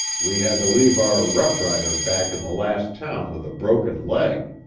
we had to leave our rough-rider back in the last town with a broken leg.